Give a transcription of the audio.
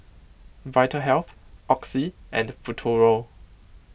Vitahealth Oxy and Futuro